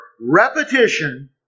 repetition